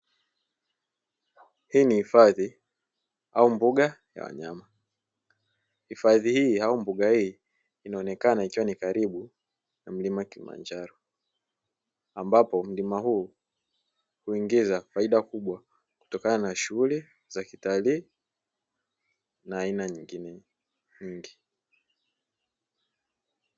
Hii ni hifadhi au mbuga ya wanyama, hifadhi hii au mbuga hii inaonekana kuwa ni karibu na mlima kilimanjaro ambapo mlima huu huingiza faida kubwa kutokana na shughuli za kitalii na aina nyingine nyingi.